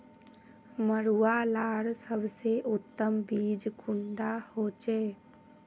मरुआ लार सबसे उत्तम बीज कुंडा होचए?